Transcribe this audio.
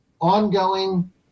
ongoing